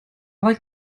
like